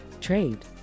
Trade